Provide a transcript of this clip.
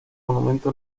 monumento